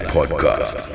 Podcast